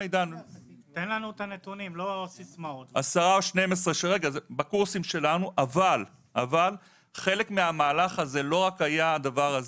10 או 12 בקורסים שלנו אבל חלק מהמהלך הזה לא רק היה הדבר הזה.